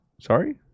Sorry